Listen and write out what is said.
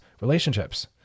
relationships